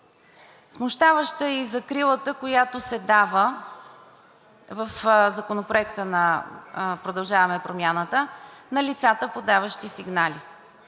Смущаваща е и закрилата, която се дава в Законопроекта на „Продължаваме Промяната“ на лицата, подаващи сигнали.